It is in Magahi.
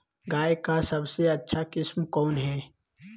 गाय का सबसे अच्छा किस्म कौन हैं?